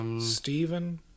Stephen